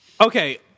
okay